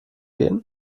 gehen